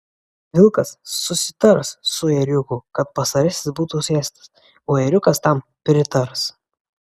vilkas susitars su ėriuku kad pastarasis būtų suėstas o ėriukas tam pritars